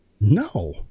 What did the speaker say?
No